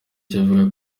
kivuga